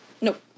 Nope